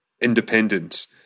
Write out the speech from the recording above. independence